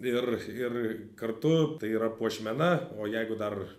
ir ir kartu tai yra puošmena o jeigu dar